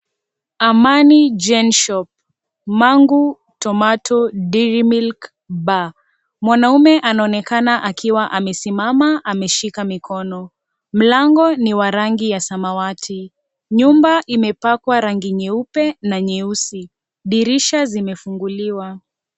Amani Genshop, Mangu, Tomato, Daily Milk, Bar, mwanaume anaonekana akiwa amesimama ameshika mikono, mlango ni wa rangi ya samawati, nyumba imepakwa rangi nyeupe na rangi nyeusi, dirisha zimefinguliwa.